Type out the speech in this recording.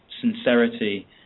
sincerity